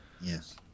Yes